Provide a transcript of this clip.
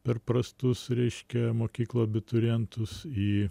per prastus reiškia mokyklų abiturientus į